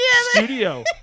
studio